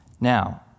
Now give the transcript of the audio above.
Now